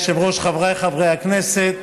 אדוני היושב-ראש, חבריי חברי הכנסת,